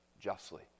justly